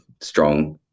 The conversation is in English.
strong